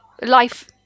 life